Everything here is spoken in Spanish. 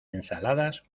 ensaladas